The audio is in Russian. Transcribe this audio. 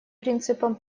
принципом